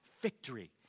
victory